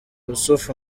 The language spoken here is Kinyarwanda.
yussuf